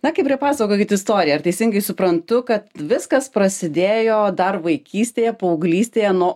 na kiprai pasakokit istoriją ar teisingai suprantu kad viskas prasidėjo dar vaikystėje paauglystėje nuo